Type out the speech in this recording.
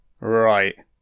Right